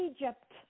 Egypt